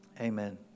amen